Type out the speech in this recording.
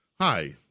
Hi